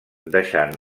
deixant